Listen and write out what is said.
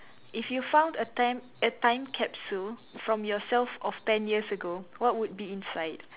if you found a time a time capsule from yourself of ten years ago what would be inside